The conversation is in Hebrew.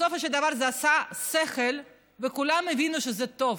ובסופו של דבר זה עשה שכל וכולם הבינו שזה טוב,